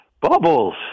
bubbles